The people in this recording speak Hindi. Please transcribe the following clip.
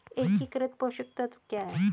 एकीकृत पोषक तत्व क्या है?